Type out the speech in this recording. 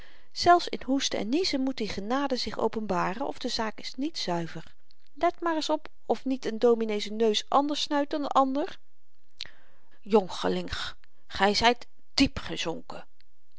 zelfs in hoesten en niezen moet die genade zich openbaren of de zaak is niet zuiver let maar eens op of niet n dominee z'n neus anders snuit dan n ander jonchelinch gy zyt diep gezonken